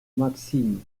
maxime